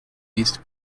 east